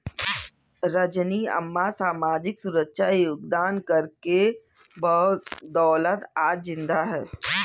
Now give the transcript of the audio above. रजनी अम्मा सामाजिक सुरक्षा योगदान कर के बदौलत आज जिंदा है